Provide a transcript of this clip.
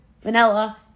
vanilla